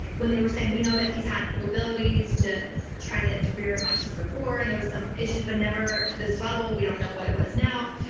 when they were saying, we know that he's had capabilities to try to interfere in elections before and there was some issues, but never to this level. we don't know what it was now.